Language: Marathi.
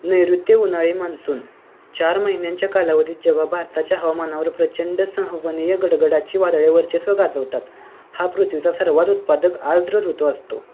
नैऋत्य उन्हाळी मान्सून चार महिन्यांच्या कालावधीत जेव्हा भारताच्या हवामानावर प्रचंड संवहनीय गडगडाची वादळे वर्चस्व गाजवतात हा पृथ्वीचा सर्वात उत्पादक आद्र ऋतू असतो